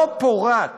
לא פורט